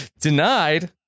Denied